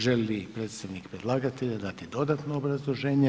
Želi li predstavnik predlagatelja dati dodatno obrazloženje?